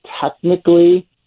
technically